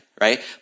right